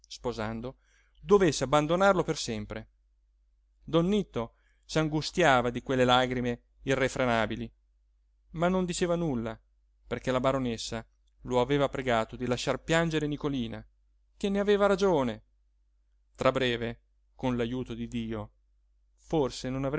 sposando dovesse abbandonarlo per sempre don nitto s'angustiava di quelle lagrime irrefrenabili ma non diceva nulla perché la baronessa lo aveva pregato di lasciar piangere nicolina che ne aveva ragione tra breve con l'ajuto di dio forse non